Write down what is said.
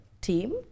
team